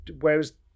whereas